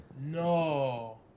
No